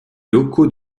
locaux